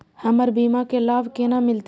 हमर बीमा के लाभ केना मिलते?